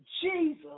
Jesus